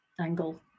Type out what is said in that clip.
angle